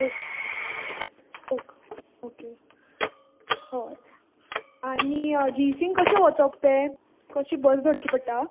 ओ ओक् ओके हय आनी जीईसीन कशें वचप तें कशी बस धरची पडटा